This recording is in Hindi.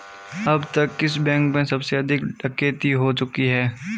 अब तक किस बैंक में सबसे अधिक डकैती हो चुकी है?